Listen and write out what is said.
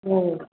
औ